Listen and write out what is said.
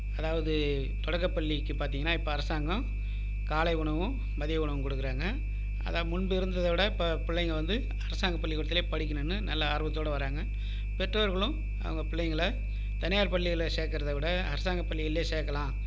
அதாவது தொடக்கப்பள்ளிக்கு பார்த்தீங்கன்னா இப்போ அரசாங்கம் காலை உணவும் மதிய உணவும் கொடுக்குறாங்க அதான் முன்பு இருந்ததை விட இப்போ பிள்ளைங்க வந்து அரசாங்கம் பள்ளிக்கூடத்துலே படிக்கணும்னு நல்லா ஆர்வத்தோடு வராங்க பெற்றோர்களும் அவங்க பிள்ளைங்களை தனியார் பள்ளிகளில் சேர்க்கறத விட அரசாங்கம் பள்ளியிலே சேர்கலாம்